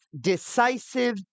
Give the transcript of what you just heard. decisive